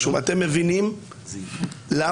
השקעתי אלפי שעות של התנדבות בכל מה שנוגע